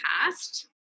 past